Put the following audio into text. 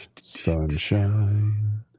sunshine